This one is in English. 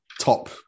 top